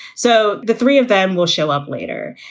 so the three of them will show up later.